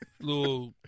little